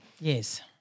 yes